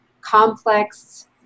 complex